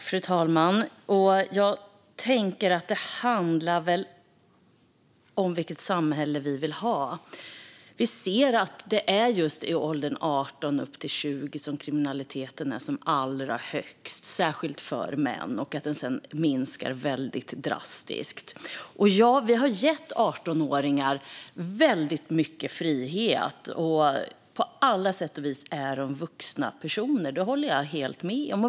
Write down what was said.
Fru talman! Jag tänker att det handlar om vilket samhälle vi vill ha. Vi ser att det är just i åldern 18-20 som kriminaliteten är som allra högst, särskilt bland män, och att den sedan minskar drastiskt. Ja, vi har gett 18-åringar väldigt mycket frihet, och på alla sätt och vis är de vuxna personer. Det håller jag helt med om.